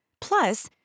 Plus